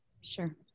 Sure